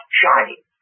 shining